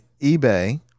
eBay